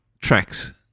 tracks